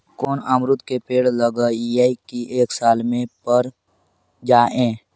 कोन अमरुद के पेड़ लगइयै कि एक साल में पर जाएं?